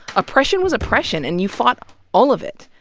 oppression was oppression and you fought all of it.